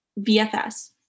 vfs